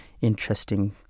interesting